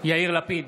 יאיר לפיד,